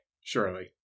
surely